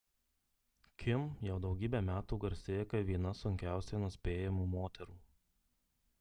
kim jau daugybę metų garsėja kaip viena sunkiausiai nuspėjamų moterų